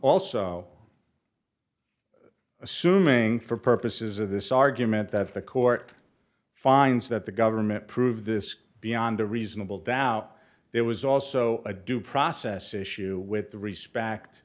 also assuming for purposes of this argument that the court finds that the government prove this beyond a reasonable doubt there was also a due process issue with the respect